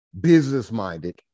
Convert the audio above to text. business-minded